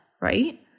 right